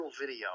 video